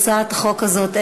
הצעת החוק הזאת,